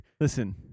Listen